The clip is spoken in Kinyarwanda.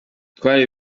twari